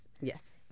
Yes